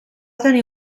tenir